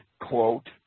quote